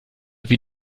wie